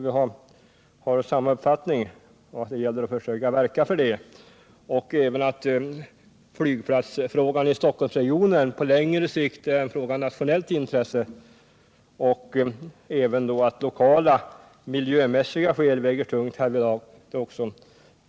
Vi har här samma uppfattning, nämligen att flygplatsfrågan i Stockholmsregionen på längre sikt är en fråga av nationellt intresse och att lokala miljömässiga skäl väger tungt härvidlag.